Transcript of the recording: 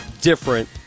different